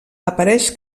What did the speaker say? apareix